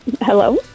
Hello